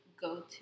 go-to